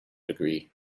degree